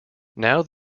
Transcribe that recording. now